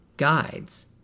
Guides